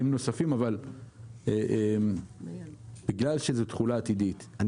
נוספים אבל בגלל שזו תחולה עתידית,